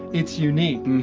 its unique.